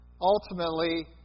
Ultimately